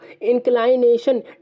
inclination